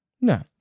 no